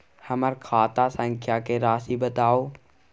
हमर खाता संख्या के राशि बताउ